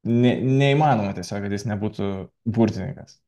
ne neįmanoma tiesiog kad jis nebūtų burtininkas